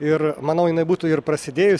ir manau jinai būtų ir prasidėjusi